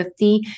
50